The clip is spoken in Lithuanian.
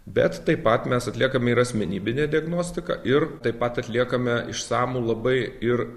bet taip pat mes atliekame ir asmenybinę diagnostiką ir taip pat atliekame išsamų labai ir